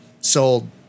Sold